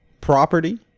property